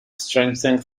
strengthen